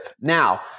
Now